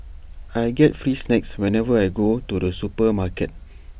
I get free snacks whenever I go to the supermarket